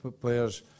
players